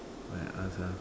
I ask ah